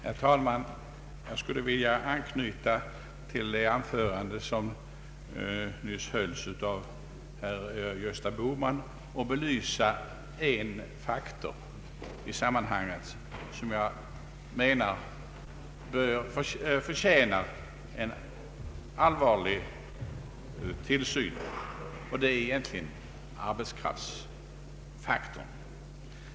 Herr talman! Jag vill anknyta till det anförande som nyss hölls av herr Bohman och belysa en faktor i sammanhanget som jag anser förtjänar allvarlig uppmärksamhet, nämligen arbetskraftsfaktorn.